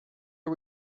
are